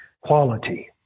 quality